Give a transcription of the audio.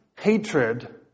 hatred